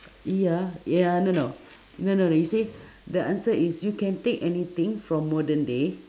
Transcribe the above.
ya ya no no no no no you see the answer is you can take anything from modern day